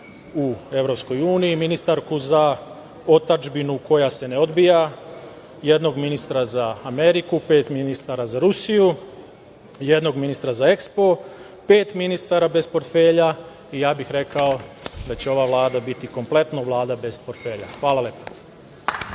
u EU, ministarku za otadžbinu koja se ne odbija, jednog ministra za Ameriku, pet ministara za Rusiju, jednog ministra za EXPO, pet ministara bez portfelja i ja bih rekao da će ova Vlada biti kompletna vlada bez portfelja. Hvala lepo.